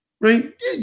right